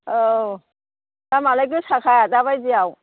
औ दामआलाय गोसाखा दाबायदियाव